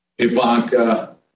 Ivanka